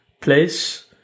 place